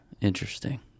interesting